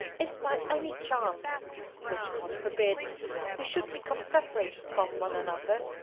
if by any chance which god forbid we should become separated from one another,